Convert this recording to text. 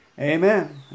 Amen